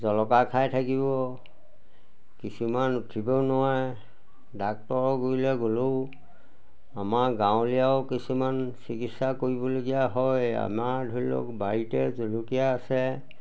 জলকা খাই থাকিব কিছুমান উঠিবও নোৱাৰে ডাক্টৰ গুৰিলৈ গ'লেও আমাৰ গাঁৱলীয়াও কিছুমান চিকিৎসা কৰিবলগীয়া হয় আমাৰ ধৰি লওক বাৰীতে জলকীয়া আছে